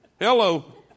Hello